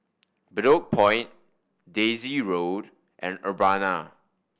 Bedok Point Daisy Road and Urbana